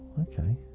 okay